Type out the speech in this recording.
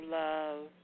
love